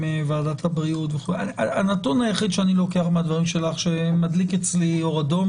ועדת הבריאות הנתון היחיד שאני לוקח מהדברים שלך שמדליק אצלי אור אדום